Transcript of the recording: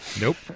Nope